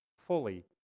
Fully